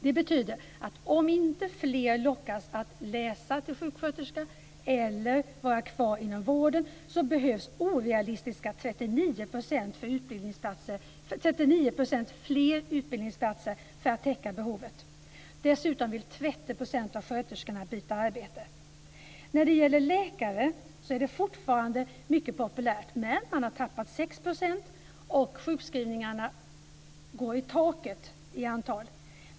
Det betyder att om inte fler lockas att läsa till sjuksköterska eller vara kvar inom vården så behövs orealistiska Dessutom vill 30 % av sköterskorna byta arbete. Läkaryrket är fortfarande mycket populärt. Men man har tappat 6 %, och sjukskrivningarna går i taket i antal.